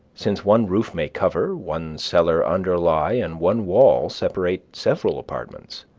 since one roof may cover, one cellar underlie, and one wall separate several apartments.